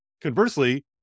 Conversely